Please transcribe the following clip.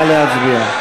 נא להצביע.